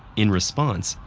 in response,